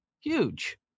Huge